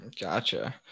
Gotcha